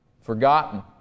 forgotten